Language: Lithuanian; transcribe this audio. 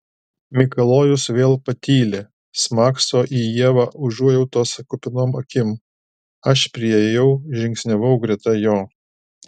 mikalojus vėl patyli smakso į ievą užuojautos kupinom akim aš priėjau žingsniavau greta jo